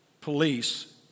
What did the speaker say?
Police